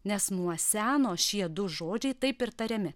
nes nuo seno šie du žodžiai taip ir tariami